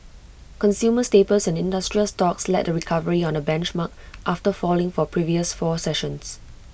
consumer staples and industrial stocks led the recovery on the benchmark after falling for previous four sessions